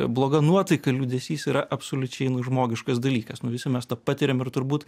bloga nuotaika liūdesys yra absoliučiai žmogiškas dalykas nu visi mes tą patiriam ir turbūt